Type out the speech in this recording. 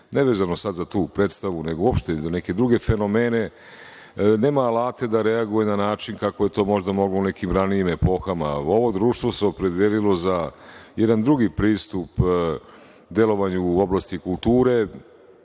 nevezano sad za tu predstavu nego uopšte i za neke druge fenomene, da reaguje na način kako je to možda moglo u nekim ranijim epohama. Ovo društvo se opredelilo za jedan drugi pristup delovanju u oblasti kulture,